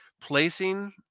placing